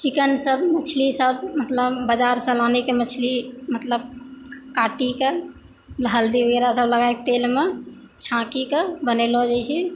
chicken सब मछली सब मतलब बाजार सँ लानी के मछली मतलब काटी के हल्दी वगैरह सब लगाइ के तेल मे छाँकी कऽ बनैलो जाइ छै